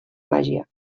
màgia